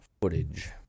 footage